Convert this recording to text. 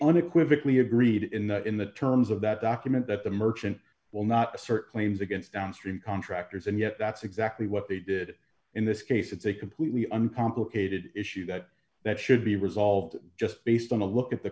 unequivocally agreed in the in the terms of that document that the merchant will not be certain names against downstream contractors and yet that's exactly what they did in this case it's a completely uncomplicated issue that that should be resolved just based on a look at the